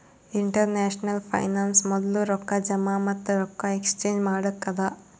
international finance ಮೊದ್ಲು ರೊಕ್ಕಾ ಜಮಾ ಮತ್ತ ರೊಕ್ಕಾ ಎಕ್ಸ್ಚೇಂಜ್ ಮಾಡಕ್ಕ ಅದಾ